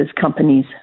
companies